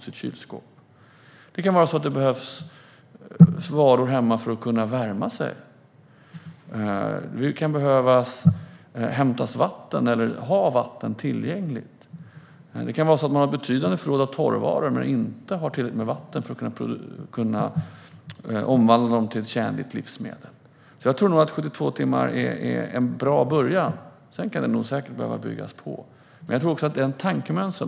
Det kanske behövs varor hemma för att man ska kunna värma sig. Man kan behöva hämta vatten eller ha vatten tillgängligt. Man kanske har ett betydande förråd av torrvaror men inte tillräckligt med vatten för att omvandla dem till tjänligt livsmedel. Jag tror att 72 timmar nog är en bra början, men sedan kan man behöva bygga vidare. Jag tror också att det handlar om tankemönster.